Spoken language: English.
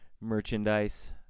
merchandise